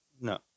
no